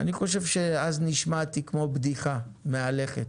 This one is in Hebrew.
אני חושב שאז נשמעתי כמו בדיחה מהלכת,